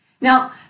Now